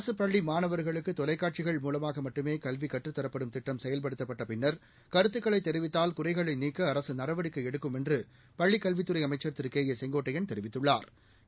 அரசு பள்ளி மாணவர்களுக்கு தொலைக்காட்சிகள் மூலமாக மட்டுமே கல்வி கற்றத்தரப்படும் திட்டம செயல்படுத்தப்பட்ட பின்னர் கருத்துக்களைத் தெரிவித்தால் குறைகளை நீக்க அரசு நடவடிக்கை எடுக்கும் என்று பள்ளிக் கல்வித்துறை அமைச்சா் திரு கே எ செங்கோட்டையன் தெரிவித்துள்ளாா்